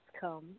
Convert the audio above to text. come